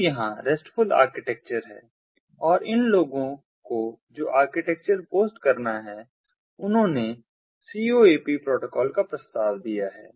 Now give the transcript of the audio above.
तो यहां restful architecture है और इन लोगों को जो आर्किटेक्चर पोस्ट करना है उन्होंने CoAP प्रोटोकॉल का प्रस्ताव दिया है